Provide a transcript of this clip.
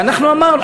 ואנחנו אמרנו,